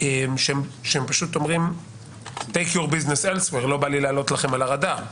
שהם פשוט אומרים לא בא לי לעלות לכם על הרדאר,